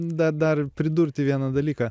da dar pridurti vieną dalyką